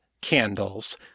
candles